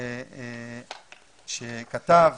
שכתב